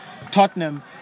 Tottenham